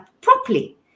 properly